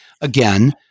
again